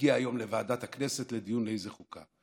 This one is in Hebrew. הגיע היום לוועדת הכנסת לדיון באיזו ועדה.